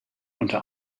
unter